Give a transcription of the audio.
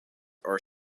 are